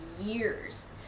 years